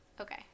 Okay